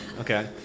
Okay